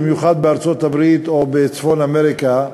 במיוחד בארצות-הברית או בצפון-אמריקה,